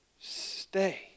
Stay